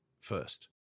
first